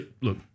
Look